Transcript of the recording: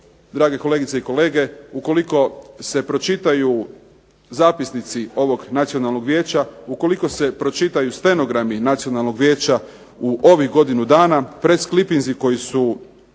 drage kolegice i kolege, ukoliko se pročitaju zapisnici ovog Nacionalnog vijeća ukoliko se pročitaju stenogrami Nacionalnog vijeća u ovih godinu dana, presklipinzi koji su